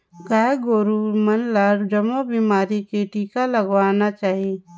गाय गोरु मन ल जमो बेमारी के टिका लगवाना चाही